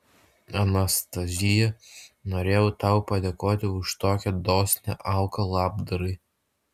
anastazija norėjau tau padėkoti už tokią dosnią auką labdarai